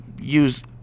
use